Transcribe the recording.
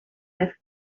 have